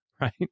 Right